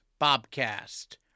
Bobcast